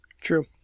True